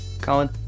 Colin